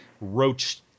roach